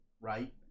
right